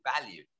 value